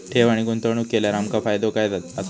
ठेव आणि गुंतवणूक केल्यार आमका फायदो काय आसा?